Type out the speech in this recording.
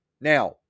Now